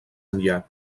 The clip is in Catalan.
enllà